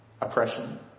oppression